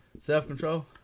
Self-control